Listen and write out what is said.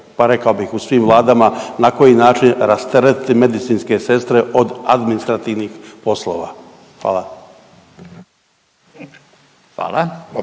pa rekao bih u svim vladama, na koji način rasteretiti medicinske sestre od administrativnih poslova. Hvala.